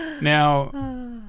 Now